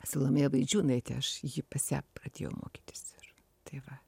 salomėją vaidžiūnaitę aš ji pas ją atėjau mokytis ir tai va